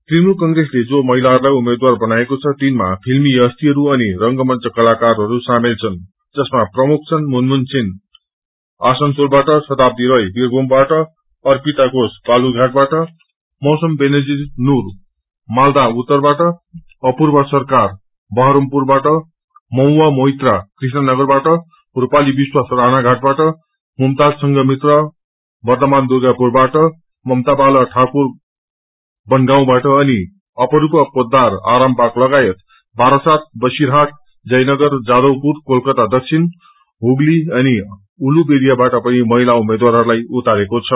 तृणमूल कंग्रेसले जो महिलाहरूलाई उम्मेद्वार बनाएको छ तिनामा फिल्मी हस्तीहरू अनि रंगमंच कलाकार सामेल छन् जसमा प्रमुख छन् मुनमुन सेन आसनसोलाबाट शताब्दी राय बीरभूमबाट अर्पिता घोष बालुघाटबाट मौसम बेनजीर नूर मालदा उत्तरबाट अपूर्वा सरकार बहरमपुरबाट मछ्वा मोइत्रा काष्ण नगरबाट रूपाली विश्वास राणाघाटबाअ मुमताज संघमित्रा बर्द्धमान दुर्गापुरबाट ममता बाला ठाकुर वनगाँबाट अनि अपरूपा पोद्वार आरामबाग लागायत वारासात बसिरहाटख जयनगर जाधवपुर कोलकात दक्षिण हुगली अनि उल्वेरियाबाअ पनि महिला उम्मेद्वारहरूरलाई उतारेको छ